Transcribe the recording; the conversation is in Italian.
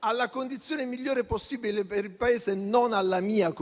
alla condizione migliore possibile per il Paese e non alla mia.